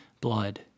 blood